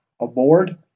aboard